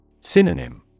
Synonym